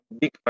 big